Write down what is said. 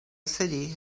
city